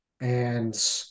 And-